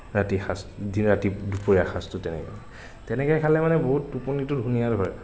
ৰাতি সাঁজ ৰাতি দুপৰীয়া সাঁজটো তেনেকৈ তেনেকৈ খালে মানে বহুত টোপনিটো ধুনীয়া ধৰে